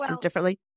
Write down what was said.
differently